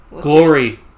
Glory